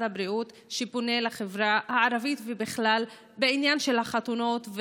הבריאות שפונה לחברה הערבית ובכלל בעניין החתונות,